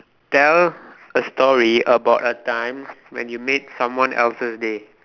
tell a story about a time when you made someone else's day